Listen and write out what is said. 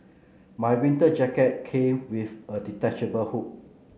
my winter jacket came with a detachable hood